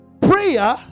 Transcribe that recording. prayer